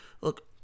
Look